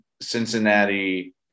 Cincinnati